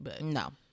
No